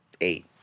eight